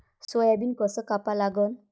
Soybean कस कापा लागन?